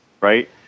right